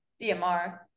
DMR